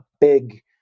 big